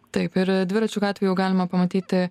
taip ir dviračių gatvių jau galima pamatyti